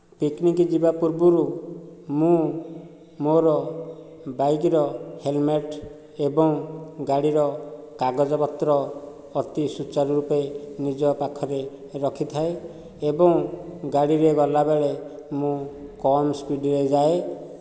picnic ଯିବା ପୂର୍ବରୁ ମୁଁ ମୋର ବାଇକ୍ର ହେଲ୍ମେଟ ଏବଂ ଗାଡ଼ିର କାଗଜ ପତ୍ର ଅତି ସୁଚାରୁ ରୂପେ ନିଜ ପାଖରେ ରଖିଥାଏ ଏବଂ ଗାଡ଼ିରେ ଗଲା ବେଳେ ମୁଁ କମ୍ ସ୍ପିଡ଼ରେ ଯାଏ